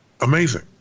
Amazing